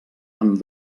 amb